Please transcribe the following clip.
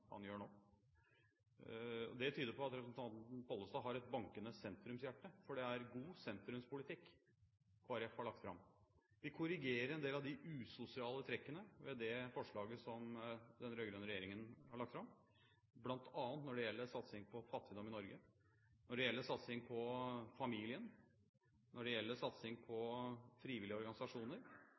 gjør nå. Det tyder på at representanten Pollestad har et bankende sentrumshjerte, for det er god sentrumspolitikk Kristelig Folkeparti har lagt fram. Vi korrigerer en del av de usosiale trekkene ved det forslaget som den rød-grønne regjeringen har lagt fram, bl.a. når det gjelder satsing mot fattigdom i Norge, når det gjelder satsing på familien, når det gjelder satsing på frivillige organisasjoner